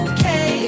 Okay